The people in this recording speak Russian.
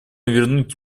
вернуть